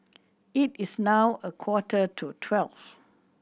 it is now a quarter to twelve